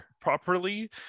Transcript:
properly